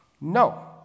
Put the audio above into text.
No